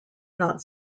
not